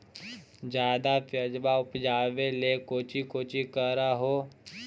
ज्यादा प्यजबा उपजाबे ले कौची कौची कर हो?